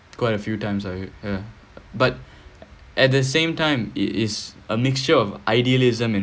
quite a few times I uh but at the same time is a mixture of idealism